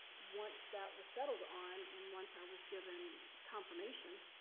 once that was settled on, and once i was given confirmation